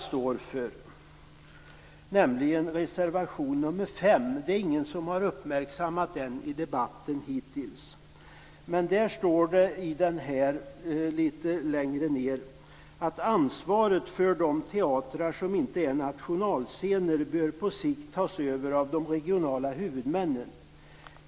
Det är ingen som hittills i debatten har uppmärksammat den reservationen. Där står det: "Ansvaret för de teatrar som inte är nationalscener bör på sikt tas över av de regionala huvudmännen.